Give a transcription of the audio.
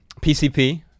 pcp